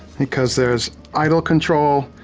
because there's idle control,